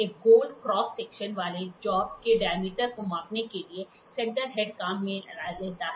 एक गोल cross section वाले जॉब के डायमीटर को मापने के लिए सेंटर हेड काम में लेता है